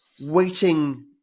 waiting